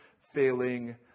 failing